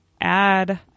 add